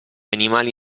animali